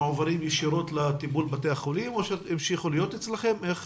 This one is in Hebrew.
האם הן מועברות ישירות לטיפול בתי החולים או שהן נשארות אצלכם?